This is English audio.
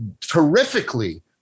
terrifically